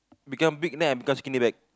become big then I become skinny right